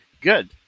Good